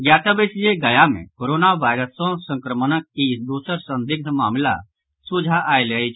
ज्ञातव्य अछि जे गया मे कोरोना वायरस सँ संक्रमणक ई दोसर संदिग्ध मामिला सोझा आयल अछि